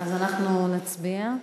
אז אנחנו נצביע.